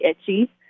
itchy